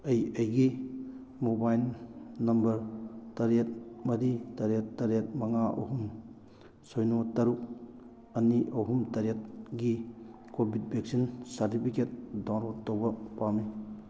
ꯑꯩ ꯑꯩꯒꯤ mobile number ꯇꯔꯦꯠ ꯃꯔꯤ ꯇꯔꯦꯠ ꯇꯔꯦꯠ ꯃꯉꯥ ꯑꯍꯨꯝ ꯁꯤꯅꯣ ꯇꯔꯨꯛ ꯑꯅꯤ ꯑꯍꯨꯝ ꯇꯔꯦꯠꯀꯤ ꯀꯣꯕꯤꯠ ꯚꯦꯛꯁꯤꯟ ꯁꯥꯔꯗꯤꯐꯤꯒꯦꯠ ꯗꯥꯎꯟꯂꯣꯠ ꯇꯧꯕ ꯄꯥꯝꯏ